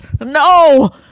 No